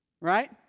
Right